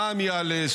המע"מ יעלה,